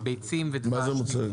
ביצים ודבש נמחק.